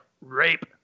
rape